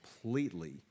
completely